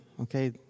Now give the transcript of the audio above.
Okay